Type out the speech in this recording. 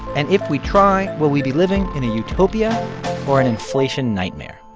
and if we try, will we be living in a utopia or an inflation nightmare?